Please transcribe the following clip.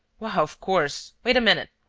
why, of course! wait a minute.